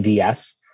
ADS